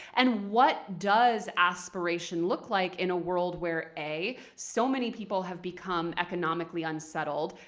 and what does aspiration look like in a world where, a, so many people have become economically unsettled,